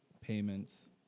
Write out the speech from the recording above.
payments